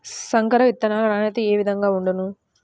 సంకర విత్తనాల నాణ్యత ఏ విధముగా ఉండును?